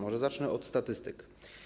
Może zacznę od statystyk.